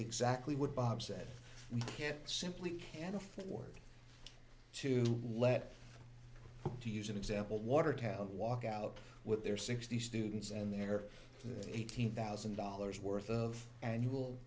exactly what bob said we can't simply can't afford to let to use an example watertown walk out with their sixty students and their eighteen thousand dollars worth of annual